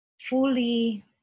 fully